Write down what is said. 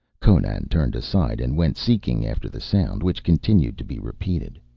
conan turned aside and went seeking after the sound, which continued to be repeated.